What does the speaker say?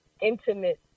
intimate